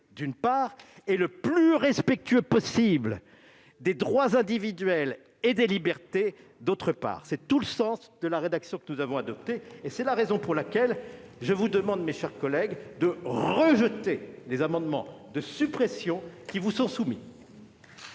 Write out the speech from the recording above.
la santé et le plus respectueux des droits individuels et des libertés. C'est tout le sens de la rédaction que nous avons adoptée. C'est la raison pour laquelle je vous demande, mes chers collègues, de rejeter les amendements de suppression qui vous sont soumis.